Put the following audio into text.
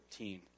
13